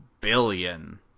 billion